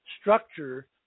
structure